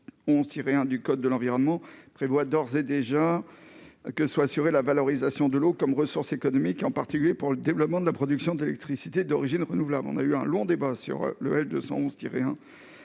211-1 du code de l'environnement prévoit d'ores et déjà que soit assurée la valorisation de l'eau comme ressource économique, en particulier pour le développement de la production d'électricité d'origine renouvelable. Nous avons eu un long débat sur cet